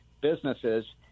businesses